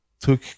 took